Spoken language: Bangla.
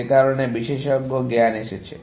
যে কারণে বিশেষজ্ঞ জ্ঞান এসেছে